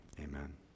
Amen